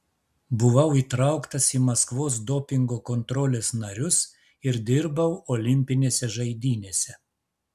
buvau įtrauktas į maskvos dopingo kontrolės narius ir dirbau olimpinėse žaidynėse